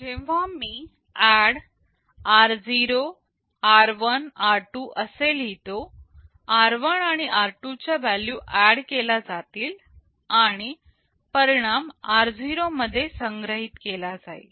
तर जेव्हा मी ADD r0 r1 r2 असे लिहितो r1 आणि r2 च्या व्हॅल्यू ऍड केल्या जातील आणि परिणाम r0 मध्ये संग्रहित केला जाईल